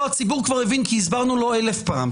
לא, הציבור כבר הבין כי הסברנו לו אלף פעמים.